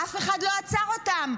אף אחד לא עצר אותם.